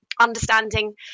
Understanding